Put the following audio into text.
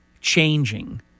changing